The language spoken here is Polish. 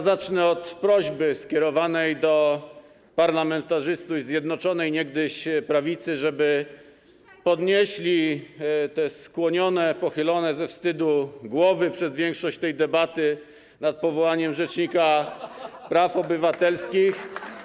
Zacznę od prośby skierowanej do parlamentarzystów niegdyś Zjednoczonej Prawicy, żeby podnieśli te skłonione, pochylone ze wstydu głowy przez większość tej debaty nad powołaniem rzecznika praw obywatelskich.